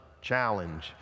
challenge